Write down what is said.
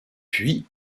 puis